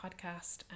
podcast